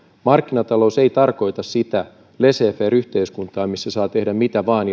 markkinatalous ei tarkoita sitä laissez faire yhteiskuntaa missä saa tehdä mitä vain